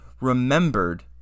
remembered